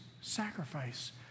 sacrifice